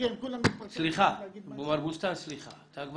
אנחנו לא